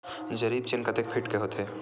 जरीब चेन कतेक फीट के होथे?